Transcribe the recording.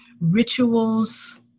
rituals